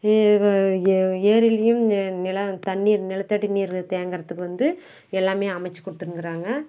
ஏரிலேயும் நிலம் தண்ணிர் நிலத்தடி நீர் தேங்குறத்துக்கு வந்து எல்லாமே அமைத்து கொடுத்துன்னுக்குறாங்க